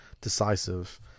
decisive